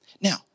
Now